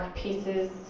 pieces